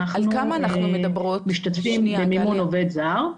אנחנו משתתפים במימון עובד זר.